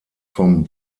vom